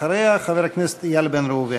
אחריה, חבר הכנסת איל בן ראובן.